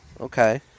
Okay